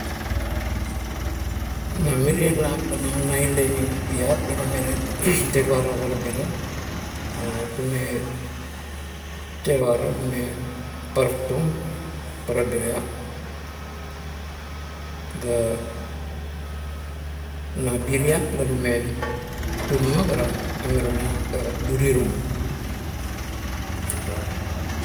Na mirie lop ganam nailangip la tume teruara parabira, tume teruara tume paraktung parabira iap ga nabiriap la tume tunama ga tume tula durirung.